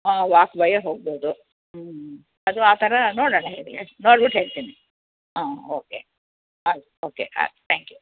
ಹಾಂ ವಾಕ್ ಬೈಯೇ ಹೋಗ್ಬೋದು ಹ್ಞೂ ಅದು ಆ ಥರ ನೋಡೋಣ ಹೇಳಿ ನೋಡ್ಬಿಟ್ಟು ಹೇಳ್ತೀನಿ ಹಾಂ ಓಕೆ ಆಯ್ತು ಓಕೆ ಹಾಂ ತ್ಯಾಂಕ್ ಯು